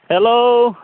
hello